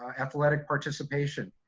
ah athletic participation.